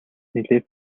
нэлээд